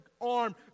arm